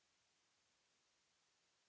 Merci,